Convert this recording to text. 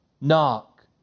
knock